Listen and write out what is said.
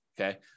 Okay